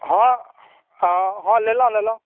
हँ हँ लेलहुँ लेलहुँ